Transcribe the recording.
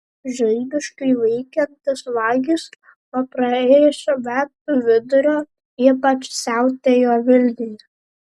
žaibiškai veikiantys vagys nuo praėjusių metų vidurio ypač siautėjo vilniuje